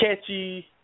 catchy